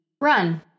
run